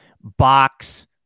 Box